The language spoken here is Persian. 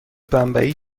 بمبئی